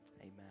amen